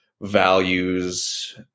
values